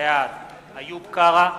בעד איוב קרא,